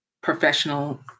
professional